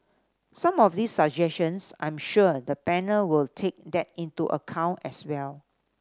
some of these suggestions I'm sure the panel will take that into account as well